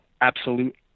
absolute